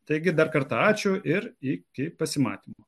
taigi dar kartą ačiū ir iki pasimatymo